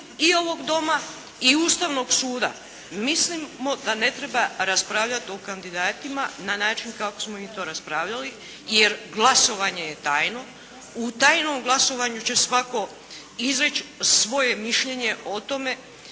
i ovog Doma i Ustavnog suda mislimo da ne treba raspravljati o kandidatima na način kako smo mi to raspravljali, jer glasovanje je tajno. U tajnom glasovanju će svatko izreći svoje mišljenje o tome.